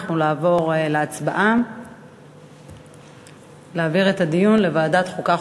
אנחנו נעבור להצבעה על ההצעה להעביר את הדיון לוועדת החוקה,